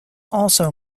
also